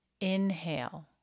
Inhale